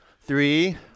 Three